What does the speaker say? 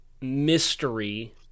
mystery